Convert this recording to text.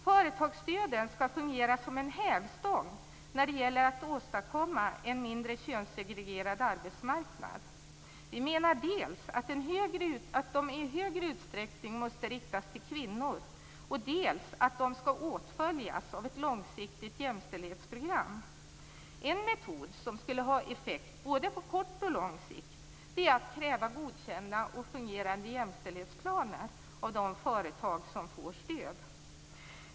Företagsstöden skall fungera som en hävstång för att åstadkomma en mindre könssegregerad arbetsmarknad. Vi menar dels att de i högre utsträckning måste riktas till kvinnor, dels att de skall åtföljas av ett långsiktigt jämställdhetsprogram. En metod som skulle ha effekt både på kort och lång sikt är att kräva godkända och fungerande jämställdhetsplaner av de företag som får stöd.